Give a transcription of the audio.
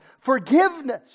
forgiveness